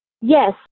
Yes